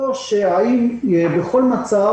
או שהאם בכל מצב,